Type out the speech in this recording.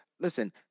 Listen